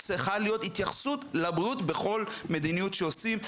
צריכה להיות התייחסות לבריאות בכל מדיניות שעושים.